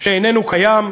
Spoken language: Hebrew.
שאיננו קיים.